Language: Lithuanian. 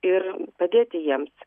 ir padėti jiems